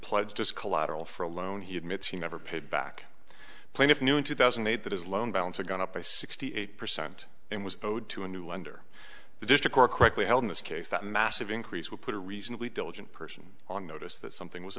pledge just collateral for a loan he admits he never paid back plaintiff knew in two thousand and eight that his loan balance are gone up by sixty eight percent and was owed to a new under the district or correctly held in this case that massive increase would put a reasonably diligent person on notice that something was a